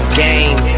game